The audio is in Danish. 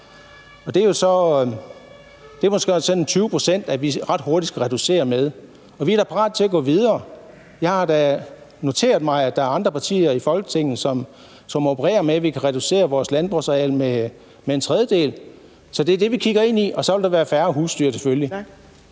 Det er måske 20 pct., vi ret hurtigt skal reducere med, og vi er da parate til at gå videre – jeg har da noteret mig, at der er andre partier i Folketinget, som opererer med, at vi kan reducere vores landbrugsareal med en tredjedel. Og så vil der selvfølgelig være færre husdyr.